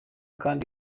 kandi